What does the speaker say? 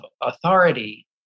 authority